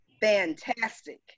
fantastic